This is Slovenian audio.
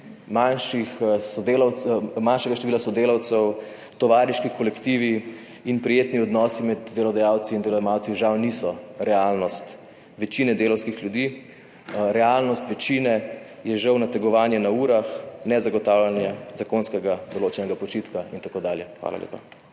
manjšega števila sodelavcev, tovariški kolektivi in prijetni odnosi med delodajalci in delojemalci žal niso realnost večine delavskih ljudi. Realnost večine je žal nategovanje na urah, nezagotavljanje zakonskega določenega počitka itd. Hvala lepa.